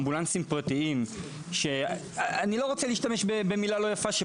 אני לא רוצה להשתמש במילה לא יפה אבל